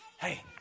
Hey